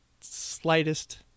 slightest